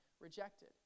rejected